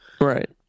Right